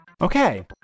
Okay